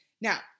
Now